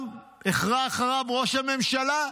גם החרה אחריו ראש הממשלה,